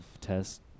test